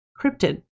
cryptid